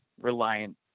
reliant